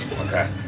Okay